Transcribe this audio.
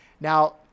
Now